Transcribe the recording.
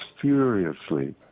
furiously